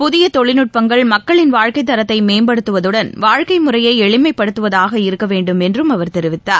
புதிய தொழில்நுட்பங்கள் மக்களின் வாழ்க்கை தரத்தை மேம்படுத்துவதுடன் வாழ்க்கை முறையை எளிமைப்படுத்துவதாக இருக்க வேண்டும் என்று அவர் தெரிவித்தார்